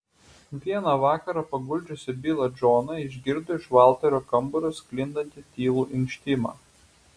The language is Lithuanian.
vieną vakarą paguldžiusi bilą džoną išgirdo iš valterio kambario sklindantį tylų inkštimą